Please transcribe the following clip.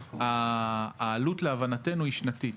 העלות, להבנתנו, היא שנתית.